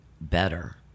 better